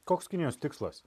koks kinijos tikslas